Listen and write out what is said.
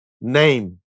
name